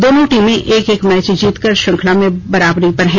दोनों टीमें एक एक मैच जीतकर श्रृंखला में बराबरी पर हैं